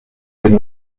den